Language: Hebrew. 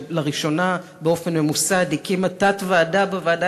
שלראשונה באופן ממוסד הקימה תת-ועדה בוועדה